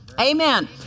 Amen